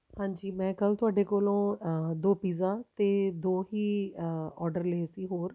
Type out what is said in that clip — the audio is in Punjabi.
ਹਾਂਜੀ ਮੈਂ ਕੱਲ੍ਹ ਤੁਹਾਡੇ ਕੋਲੋਂ ਦੋ ਦੋ ਪਿੱਜ਼ਾ ਅਤੇ ਦੋ ਹੀ ਔਡਰ ਲਏ ਸੀ ਹੋਰ